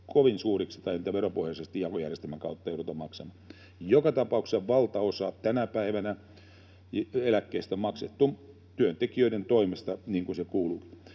kovin suuriksi tai niitä ei veropohjaisesti jakojärjestelmän kautta jouduta maksamaan. Joka tapauksessa valtaosa eläkkeistä tänä päivänä on maksettu työntekijöiden toimesta, niin kuin kuuluukin.